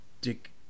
Dick